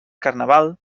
carnaval